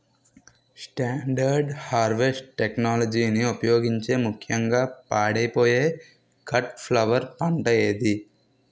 Standard harvest టెక్నాలజీని ఉపయోగించే ముక్యంగా పాడైపోయే కట్ ఫ్లవర్ పంట ఏది?